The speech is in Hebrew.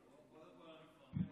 תודה לך, היושב-ראש.